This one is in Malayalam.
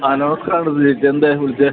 ആ നമസ്കാരം ഉണ്ട് ചേച്ചി എന്താണ് വിളിച്ചത്